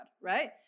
right